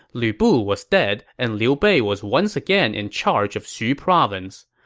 lu bu was dead and liu bei was once again in charge of xu province.